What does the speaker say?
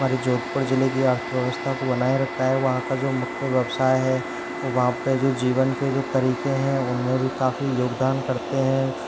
हमारे जोधपुर जिले की अर्थव्यवस्था को बनाए रखता है वहाँ का जो मुख्य व्यवसाय है वहाँ पे जो जीवन के जो तरीके हैं उनमें भी काफ़ी योगदान करते हैं